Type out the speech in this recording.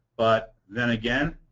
but then again,